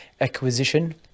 acquisition